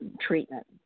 treatment